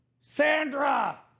Sandra